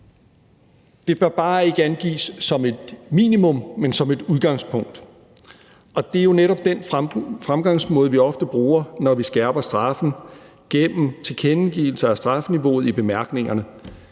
det bør bare ikke angives som et minimum, men som et udgangspunkt. Og det er jo netop den fremgangsmåde, vi ofte bruger, når vi skærper straffen – gennem tilkendegivelser af strafniveauet i bemærkningerne,